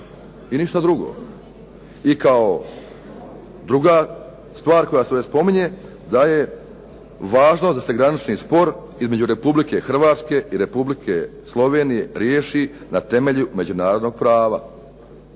I kao druga stvar koja se ovdje spominje da je važno da se granični spor između Republike Hrvatske i Republike Slovenije riješi na temelju međunarodnog prava.